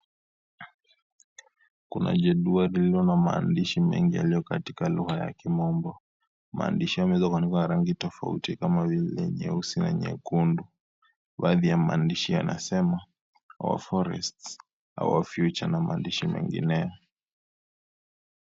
Kuna jedwali lililo na maandishi mengi yaliyo katika lugha ya kimombo. Mwandishi hao yameandikwa katika rangi tofauti kama vile nyeusi na nyekundu. Baadhi ya maadili yanasema our forest, our future na maandishi mengineyo.